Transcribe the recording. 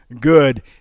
Good